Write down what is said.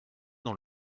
dans